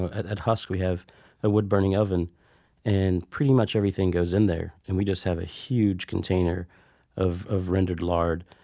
at at husk we have the ah wood-burning oven and pretty much everything goes in there. and we just have a huge container of of rendered lard.